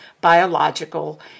biological